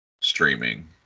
streaming